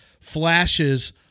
flashes